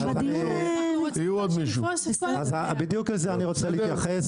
בדיוק לזה אני רוצה להתייחס.